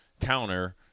counter